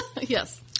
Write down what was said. Yes